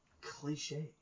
cliche